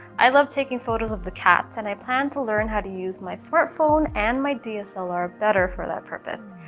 i love taking photos of the cats and i plan to learn how to use my smartphone and my dslr better for that purpose.